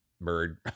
bird